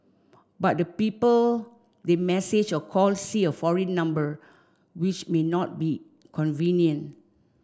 but the people they message or call see a foreign number which may not be convenient